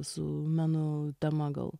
su menu tema gal